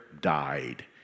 died